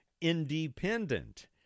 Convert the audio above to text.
independent